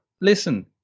listen